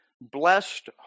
Blessed